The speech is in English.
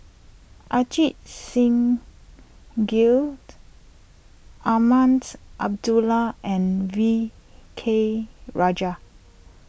Ajit Singh Gill Azman Abdullah and V K Rajah